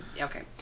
Okay